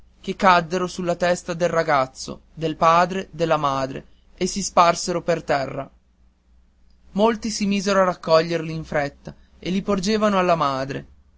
che caddero sulla testa del ragazzo del padre della madre e si sparsero in terra molti si misero a raccoglierli in fretta e li porgevano alla madre